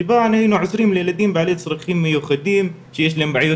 שזבה היינו 20 ילדים בעלי צרכים מיוחדים שיש להם בעיות